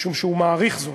משום שהוא מעריך זאת.